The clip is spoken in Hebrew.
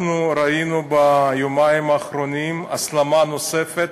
אנחנו ראינו ביומיים האחרונים הסלמה נוספת